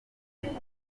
ishuri